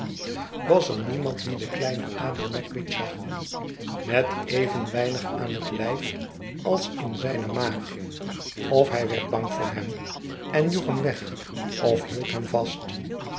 was er niemand die den kleinen abel magwitch zag met even weinig aan het ltjf als in zijne maag of hij werd bang voor hem en joeg hem weg of hieid hem vast